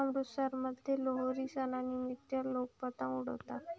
अमृतसरमध्ये लोहरी सणानिमित्त लोक पतंग उडवतात